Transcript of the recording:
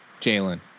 Jalen